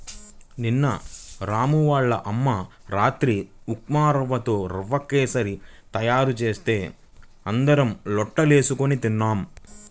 నిన్న రాము వాళ్ళ అమ్మ రాత్రి ఉప్మారవ్వతో రవ్వ కేశరి తయారు చేస్తే అందరం లొట్టలేస్కొని తిన్నాం